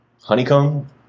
honeycomb